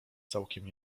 całkiem